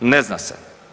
Ne zna se.